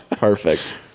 Perfect